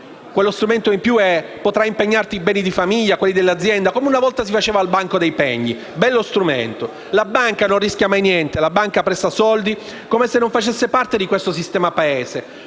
quello strumento in più è che potrai impegnarti i beni di famiglia, quelli dell'azienda, come una volta si faceva al banco dei pegni. Bello strumento! La banca non rischia mai niente, la banca presta soldi come se non facesse parte di questo sistema Paese,